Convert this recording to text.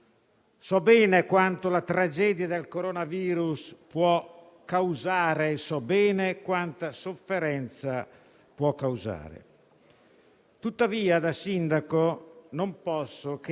Tuttavia, da sindaco, non posso che esprimere la mia preoccupazione in merito alle prossime restrizioni previste per le festività natalizie.